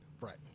right